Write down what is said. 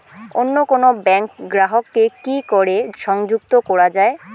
অন্য কোনো ব্যাংক গ্রাহক কে কি করে সংযুক্ত করা য়ায়?